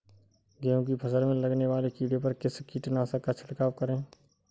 गेहूँ की फसल में लगने वाले कीड़े पर किस कीटनाशक का छिड़काव करें?